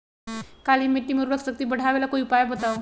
काली मिट्टी में उर्वरक शक्ति बढ़ावे ला कोई उपाय बताउ?